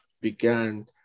began